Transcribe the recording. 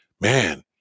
man